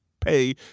pay